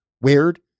weird